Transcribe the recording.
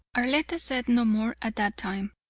arletta said no more at that time,